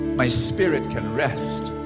my spirit can rest